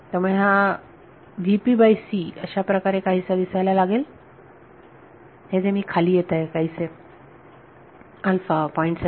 त्यामुळे हा अशाप्रकारे काहीसा दिसायला लागेल हे जे खाली येत आहे काहीसे अल्फा असेल 0